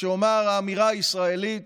לאמירה הישראלית,